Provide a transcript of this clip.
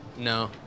no